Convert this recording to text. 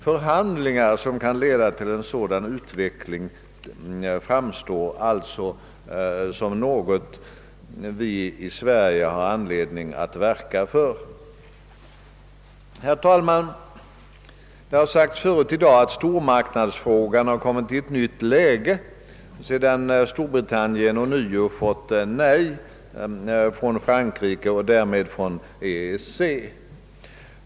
Förhandlingar som kan leda till en sådan utveckling framstår alltså som något vi i Sverige har anledning att verka för. Herr talman! Det har sagts tidigare i dag att stormarknadsfrågan kommit i ett nytt läge sedan Storbritannien ånyo fått nej från Frankrike och därmed från EEC.